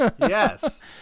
Yes